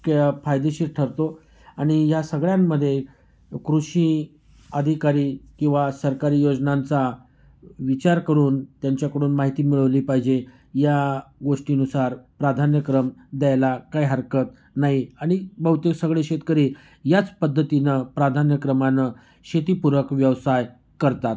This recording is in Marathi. क फायदेशीर ठरतो आणि या सगळ्यांमध्ये कृषी अधिकारी किंवा सरकारी योजनांचा विचार करून त्यांच्याकडून माहिती मिळवली पाहिजे या गोष्टीनुसार प्राधान्यक्रम द्यायला काय हरकत नाही आणि बहुतेक सगळे शेतकरी याच पद्धतीनं प्राधान्य क्रमानं शेतीपूरक व्यवसाय करतात